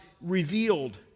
revealed